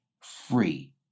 free